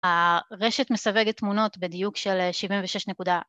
הרשת מסווגת תמונות בדיוק של 76 נקודה.